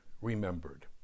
remembered